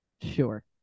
Sure